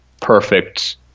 perfect